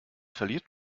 verliert